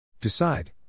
Decide